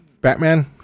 Batman